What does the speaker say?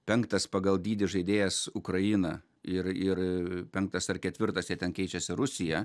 penktas pagal dydį žaidėjas ukraina ir ir penktas ar ketvirtas jie ten keičiasi rusija